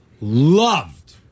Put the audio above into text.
loved